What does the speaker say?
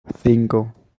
cinco